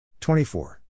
24